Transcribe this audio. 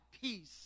peace